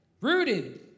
Rooted